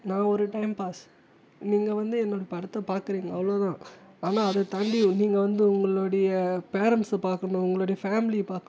நான் ஒரு time pass நீங்கள் வந்து என்னுடைய படத்தை பார்க்குறீங்க அவ்வளோ தான் ஆனால் அதை தாண்டி நீங்கள் வந்து உங்களுடைய பேரெண்ட்ஸ் பார்க்கணும் உங்களுடைய ஃபேமிலி பார்க்கணும்